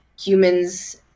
humans